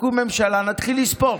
תקום ממשלה, נתחיל לספור.